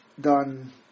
done